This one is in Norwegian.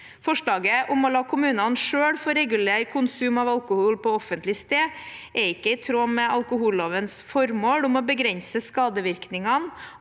Forslaget om å la kommunene selv få regulere konsum av alkohol på offentlig sted er ikke i tråd med alkohollovens formål om å begrense skadevirkningene